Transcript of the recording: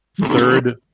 third